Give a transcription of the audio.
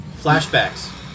Flashbacks